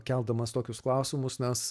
keldamas tokius klausimus nes